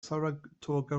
saratoga